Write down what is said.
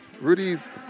Rudy's